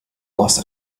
los